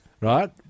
right